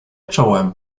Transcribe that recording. czułem